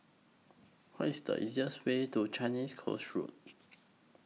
What IS The easiest Way to Changi Coast Road